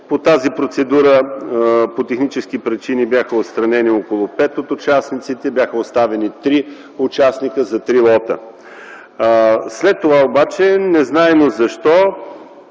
По тази процедура по технически причини бяха отстранени около пет от участниците, бяха оставени три участника за три лота. След това незнайно защо,